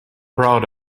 proud